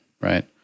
right